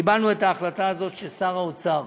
קיבלנו את ההחלטה ששר האוצר